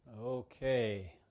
Okay